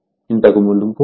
ఇంతకు మునుపు మేము చూసాము